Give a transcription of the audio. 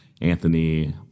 Anthony